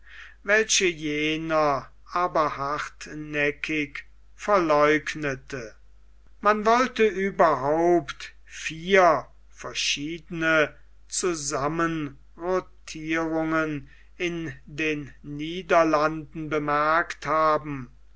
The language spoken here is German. welche jener aber hartnäckig verleugnete man wollte überhaupt vier verschiedene zusammenrottierungen in den niederlanden bemerkt haben